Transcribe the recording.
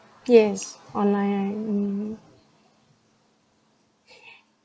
yes online and mm